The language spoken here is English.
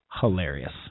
hilarious